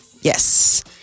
Yes